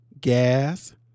gas